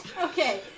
okay